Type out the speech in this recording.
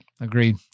Agreed